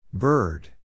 Bird